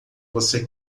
você